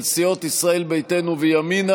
הצעה של סיעות ישראל ביתנו וימינה.